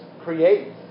create